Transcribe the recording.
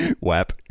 Wap